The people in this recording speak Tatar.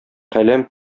каләм